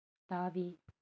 தாவி